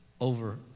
over